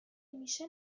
میشه